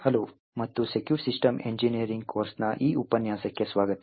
hello ಮತ್ತು secure system engineering ಕೋರ್ಸ್ನ ಈ ಉಪನ್ಯಾಸಕ್ಕೆ ಸ್ವಾಗತ